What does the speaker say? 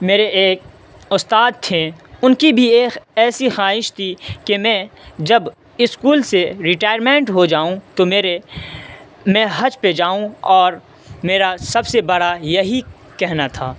میرے ایک استاد تھے ان کی بھی ایک ایسی خواہش تھی کہ میں جب اسکول سے ریٹائرمنٹ ہو جاؤں تو میرے میں حج پہ جاؤں اور میرا سب سے بڑا یہی کہنا تھا